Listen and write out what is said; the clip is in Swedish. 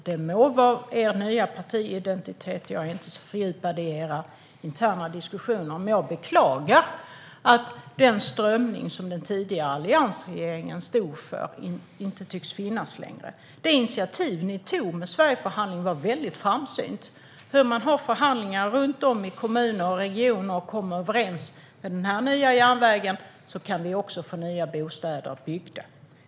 Det må vara er nya partiidentitet - jag är inte så fördjupad i era interna diskussioner - men jag beklagar att den strömning som den tidigare alliansregeringen stod för inte tycks finnas längre. Det initiativ ni tog med Sverigeförhandlingen var väldigt framsynt. Man höll förhandlingar i regioner och kommuner och kom överens. Med den nya järnvägen kan vi också få nya bostäder byggda.